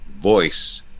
voice